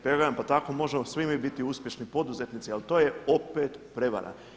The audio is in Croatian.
Pa tako možemo svi mi biti uspješni poduzetnici, ali to je opet prevara.